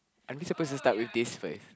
aren't you supposed to start with these phrase